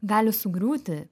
gali sugriūti